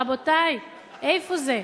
רבותי, איפה זה?